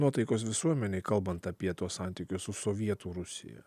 nuotaikos visuomenėj kalbant apie tuos santykius su sovietų rusija